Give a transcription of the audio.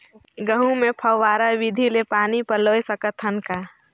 गहूं मे फव्वारा विधि ले पानी पलोय सकत हन का?